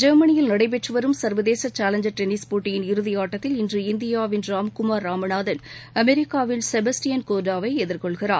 ஜெர்மனியில் நடைபெற்று வரும் சர்வதேச சேலஞ்சர் டென்னிஸ் போட்டியின் இறுதியாட்டத்தில் இன்று இந்தியாவின் ராம்குமார் ராமநாதன் அமெரிக்காவின் செபஸ்டியன் கோர்டாவை எதிர்கொள்கிறார்